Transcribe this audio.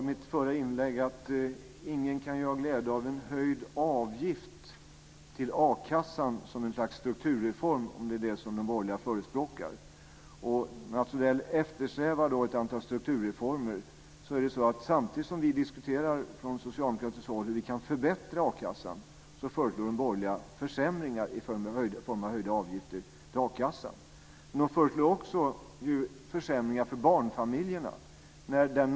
Fru talman! Jag sade i mitt förra inlägg att ingen kan ha glädje av en höjd avgift till a-kassan som ett slags strukturreform, om det är det som de borgerliga förespråkar. Mats Odell eftersträvar ett antal strukturreformer. Men samtidigt som vi från socialdemokratiskt håll diskuterar hur vi kan förbättra a-kassan föreslår de borgerliga försämringar i form av höjda avgifter till a-kassan. De föreslår också försämringar för barnfamiljerna.